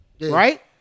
Right